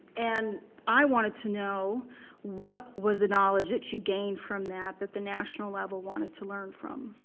and i wanted to know what was the knowledge that you gained from that that the national level wanted to learn from?